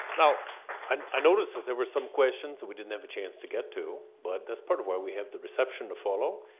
and i notice that there were some questions that we didn't have a chance to get to, but that's part of why we have the reception to follow.